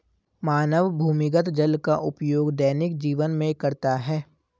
मानव भूमिगत जल का उपयोग दैनिक जीवन में करता है